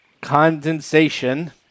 condensation